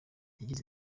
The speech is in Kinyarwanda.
yagize